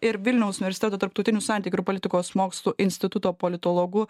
ir vilniaus universiteto tarptautinių santykių ir politikos mokslų instituto politologu